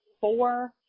four